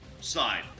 side